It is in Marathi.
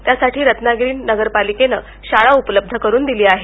त्यासाठी रत्नागिरी नगरपालिकेनं शाळा उपलब्ध करून दिली आहे